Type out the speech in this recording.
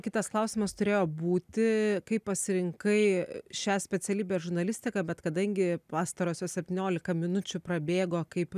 kitas klausimas turėjo būti kaip pasirinkai šią specialybę žurnalistiką bet kadangi pastarosios septyniolika minučių prabėgo kaip